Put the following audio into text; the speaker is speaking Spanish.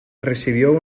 recibió